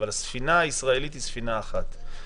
אבל הספינה הישראלית היא ספינה אחת.